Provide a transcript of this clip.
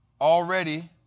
already